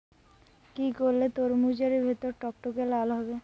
কি করলে তরমুজ এর ভেতর টকটকে লাল হবে?